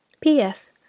P.S